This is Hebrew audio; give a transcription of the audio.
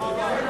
מי נמנע?